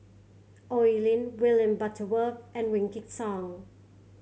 Oi Lin William Butterworth and Wykidd Song